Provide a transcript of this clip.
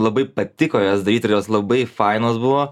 labai patiko jas daryt ir jos labai fainos buvo